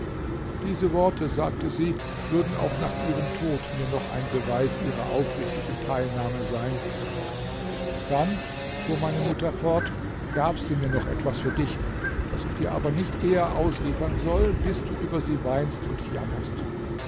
diese worte sagte sie würden auch nach ihrem tod mir noch ein beweis ihrer aufrichtigen teilnahme sein dann fuhr meine mutter fort gab sie mir noch etwas für dich das ich dir aber nicht eher ausliefern soll bis du über sie weinst und jammerst